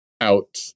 out